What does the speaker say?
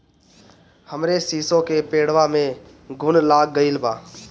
हमरे शीसो के पेड़वा में घुन लाग गइल बा